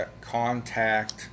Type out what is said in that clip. contact